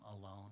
alone